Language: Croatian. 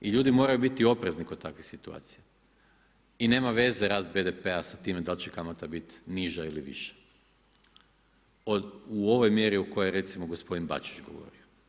I ljudi moraju biti oprezni kod takvih situacija i nema veze rast BDP-a sa time dal će kamata biti niža ili viša u ovoj mjeri u kojoj recimo gospodin Bačić govorio.